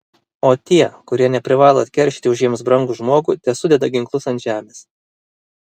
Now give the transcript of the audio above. o tie kurie neprivalo atkeršyti už jiems brangų žmogų tesudeda ginklus ant žemės